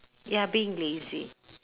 ya being lazy